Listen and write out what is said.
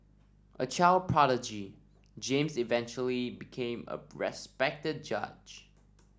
a child prodigy James eventually became a respected judge